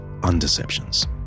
undeceptions